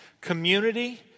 Community